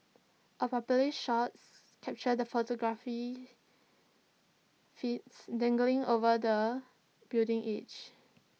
A popular shots captures the photographer feet dangling over the building edge